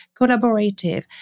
collaborative